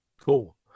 Cool